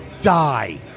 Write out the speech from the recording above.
die